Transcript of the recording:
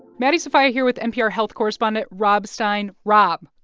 maddie sofia here with npr health correspondent rob stein. rob,